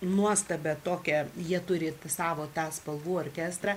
nuostabią tokią jie turi savo tą spalvų orkestrą